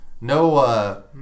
No